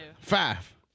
Five